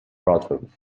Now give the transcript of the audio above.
brussels